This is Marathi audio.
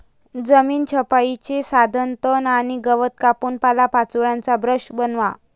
जमीन छपाईचे साधन तण आणि गवत कापून पालापाचोळ्याचा ब्रश बनवा